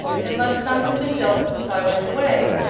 unless some have been built since i went away.